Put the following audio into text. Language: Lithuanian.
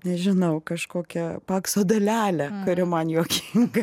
nežinau kažkokią pakso dalelę kuri man juokinga